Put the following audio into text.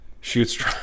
shoots